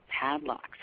padlocks